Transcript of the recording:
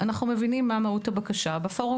אנחנו מבינים את מהות הבקשה שלו,